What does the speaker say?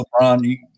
LeBron